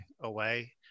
away